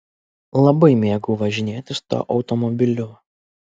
labai mėgau važinėtis tuo automobiliu